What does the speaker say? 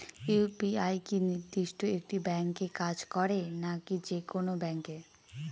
UPI কি নির্দিষ্ট একটি ব্যাংকে কাজ করে নাকি যে কোনো ব্যাংকে?